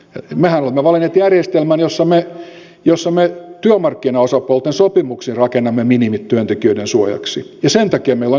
mehän olemme valinneet järjestelmän jossa me työmarkkinaosapuolten sopimuksin rakennamme minimit työntekijöiden suojaksi ja sen takia meillä on yleissitovuusjärjestelmät